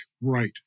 right